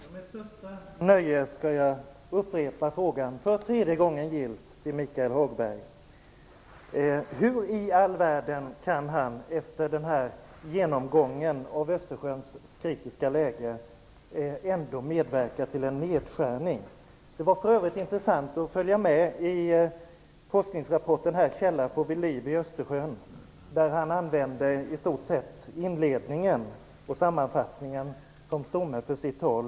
Herr talman! Med största nöje skall jag upprepa frågan, för tredje gången gillt, till Michael Hagberg. Hur i all världen kan Michael Hagberg efter den genomgång han gjorde av Östersjöns kritiska läge ändå medverka till att insatserna för Östersjöns miljö skärs ned? Det var för övrigt intressant att följa med i forskningsrapporten "Får vi liv i Östersjön? ", där Michael Hagberg använde i stort sett inledningen och sammanfattningen som stomme för sitt tal.